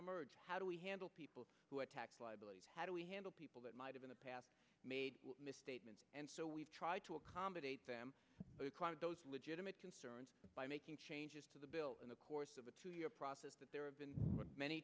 emerged how do we handle people who attacked liabilities how do we handle people that might have in the past made misstatements and so we've tried to accommodate them those legitimate concerns by making changes to the bill in the course of a two year process but there have been many